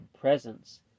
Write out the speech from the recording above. presence